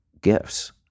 gifts